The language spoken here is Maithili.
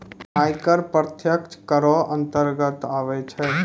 आय कर प्रत्यक्ष कर रो अंतर्गत आबै छै